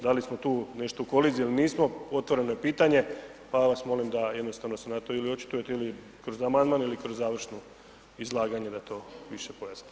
Da li smo tu nešto u koliziji ili nismo, otvoreno je pitanje pa vas molim da jednostavno se na to ili očitujete ili kroz amandman ili kroz završno izlaganje da to više pojasnimo.